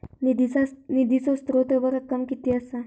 निधीचो स्त्रोत व रक्कम कीती असा?